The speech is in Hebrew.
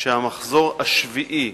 שהמחזור השביעי,